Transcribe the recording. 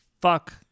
fuck